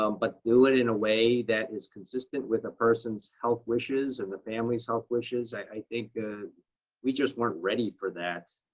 um but do it in a way that is consistent with a person's health wishes and the family's health wishes. i think ah we just weren't ready for that.